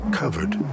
covered